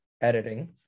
Editing